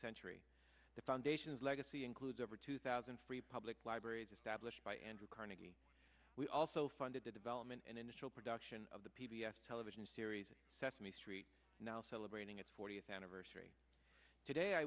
century the foundation's legacy includes over two thousand free public libraries established by andrew carnegie we also funded the development and initial production of the p b s television series sesame street now celebrating its fortieth anniversary today i